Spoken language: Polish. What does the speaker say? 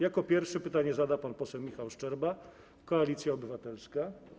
Jako pierwszy pytanie zada pan poseł Michał Szczerba, Koalicja Obywatelska.